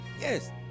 yes